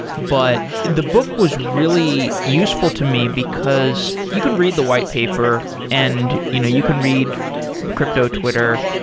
but the book was really useful to me, because you can read the white paper and you know you can read cryptotwitter.